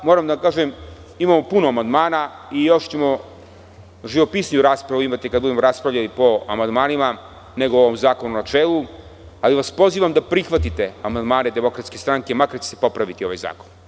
Moram da vam kažem, imamo puno amandmana i još ćemo živopisniju raspravu imati kada budemo raspravljali po amandmanima nego o ovom zakonu u načelu, ali vas pozivam da prihvatite amandmane DS, makar će se popraviti ovaj zakon.